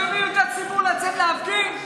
מחממים את הציבור לצאת להפגין?